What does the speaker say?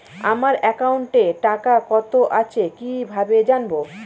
আমার একাউন্টে টাকা কত আছে কি ভাবে জানবো?